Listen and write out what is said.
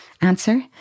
answer